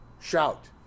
Shout